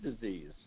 disease